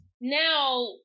now